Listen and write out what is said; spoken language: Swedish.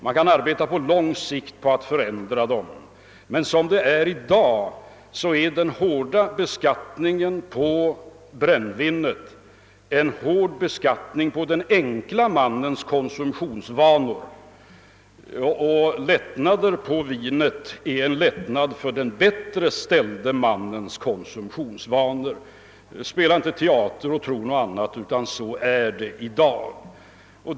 Man kan arbeta på lång sikt för att förändra dem, men i dag är den hårda beskattningen av brännvinet en hård beskattning av den enkle mannens konsumtionsvanor, och en lättnad för vinet är en lättnad för den bättre ställde mannens konsumtionsvanor. Spela inte teater och tro något annat; så är det i dag!